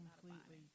completely